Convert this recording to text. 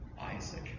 Isaac